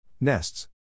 Nests